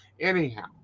Anyhow